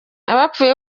abapfuye